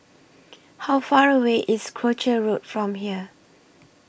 How Far away IS Croucher Road from here